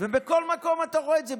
בכל מקום אתה רואה את זה.